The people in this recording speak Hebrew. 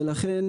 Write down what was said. ולכן